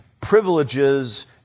privileges